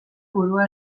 burua